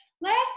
last